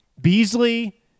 Beasley